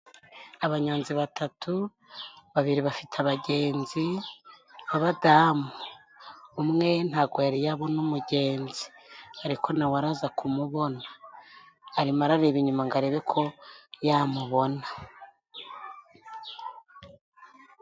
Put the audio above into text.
Abanyozi batatu: babiri bafite abagenzi b'abadamu, umwe ntago yari yabona umugenzi ariko nawe araza kumubona, arimo arareba inyuma ngo arebe ko yamubona.